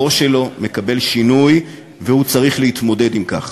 הראש שלו מקבל שינוי והוא צריך להתמודד עם זה.